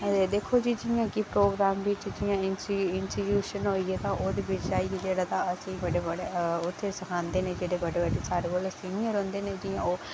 दिक्खो जी जियां प्रोग्राम च जियां इंस्टीट्यूशन होइया ते ओह्दे बिच जाइयै बड्डे बड्डे उत्थै सखांदे न बड्डे बड्डे सारें कोला सीनियर होंदे न जियां ओह्